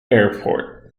airport